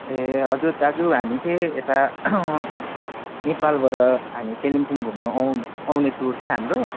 ए हजुर दाजु हामी चाहिँ यता नेपालबाट हामी कालिम्पोङ घुम्न आउँ आउने टुर छ हाम्रो